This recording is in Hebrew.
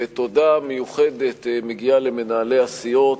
ותודה מיוחדת מגיעה למנהלי הסיעות,